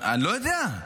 אני לא יודע.